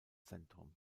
zentrum